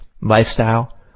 lifestyle